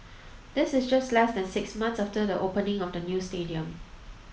this is just less than six months after the opening of the new stadium